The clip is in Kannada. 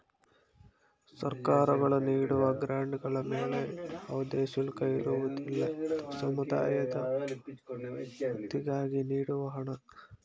ಸರ್ಕಾರಗಳು ನೀಡುವ ಗ್ರಾಂಡ್ ಗಳ ಮೇಲೆ ಯಾವುದೇ ಶುಲ್ಕ ಇರುವುದಿಲ್ಲ, ಇದು ಸಮುದಾಯದ ಒಳಿತಿಗಾಗಿ ನೀಡುವ ಹಣ